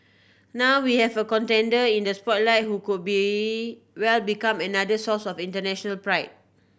now we have a contender in the spotlight who could be well become another source of international pride